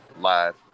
live